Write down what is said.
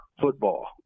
football